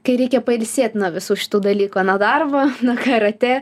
kai reikia pailsėt nuo visų šitų dalykų nuo darbo nuo karatė